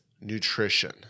nutrition